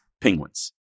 penguins